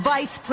Vice